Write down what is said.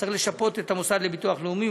צריך לשפות את המוסד לביטוח לאומי.